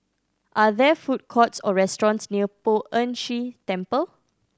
are there food courts or restaurants near Poh Ern Shih Temple